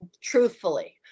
truthfully